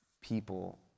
people